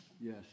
Yes